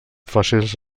fòssils